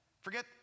Forget